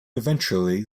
eventually